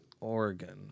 Oregon